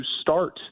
start